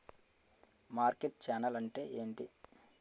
Market channel అంటే ఏంటి?